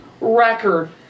record